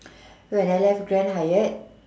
when I left Grand-Hyatt